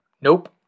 Nope